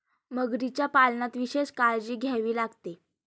मगरीच्या पालनात विशेष काळजी घ्यावी लागते